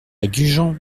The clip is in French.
gujan